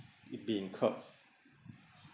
it being curb